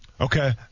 Okay